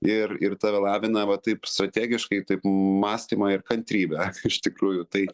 ir ir tave lavina va taip strategiškai taip mąstymą ir kantrybę iš tikrųjų tai